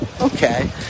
okay